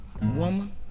woman